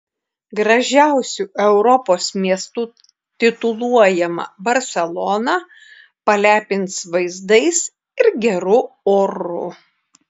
gražiausiu europos miestu tituluojama barselona palepins vaizdais ir geru oru